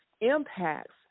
impacts